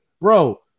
Bro